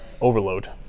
overload